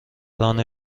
ران